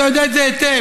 אתה יודע את זה היטב,